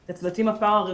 את הצוותים הפרא-רפואיים,